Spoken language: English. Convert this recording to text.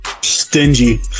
stingy